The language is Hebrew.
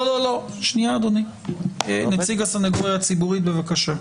נציג הסנגוריה הציבורית, בבקשה.